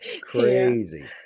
Crazy